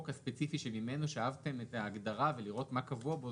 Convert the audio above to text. הספציפי שממנו שאבתם את ההגדרה ולראות מה קבוע בו,